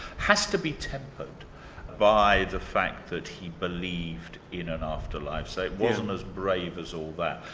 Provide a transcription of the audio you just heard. has to be tempered by the fact that he believed in an afterlife, so it wasn't as brave as all that.